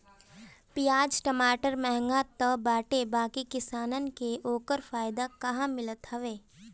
पियाज टमाटर महंग तअ बाटे बाकी किसानन के ओकर फायदा कहां मिलत हवे